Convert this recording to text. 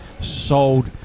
Sold